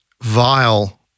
vile